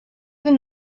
than